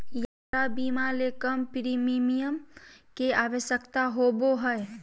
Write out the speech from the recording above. यात्रा बीमा ले कम प्रीमियम के आवश्यकता होबो हइ